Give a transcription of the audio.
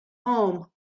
home